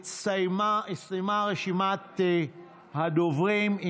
הסתיימה רשימת הדוברים.